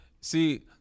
See